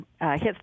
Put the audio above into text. hits